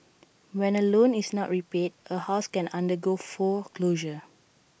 when A loan is not repaid A house can undergo foreclosure